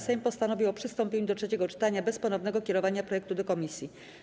Sejm postanowił o przystąpieniu do trzeciego czytania bez ponownego kierowania projektu do komisji.